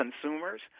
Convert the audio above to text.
consumers